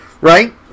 right